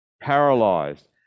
paralyzed